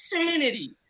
insanity